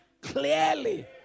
clearly